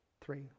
Three